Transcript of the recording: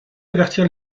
avertir